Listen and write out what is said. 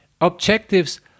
objectives